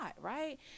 right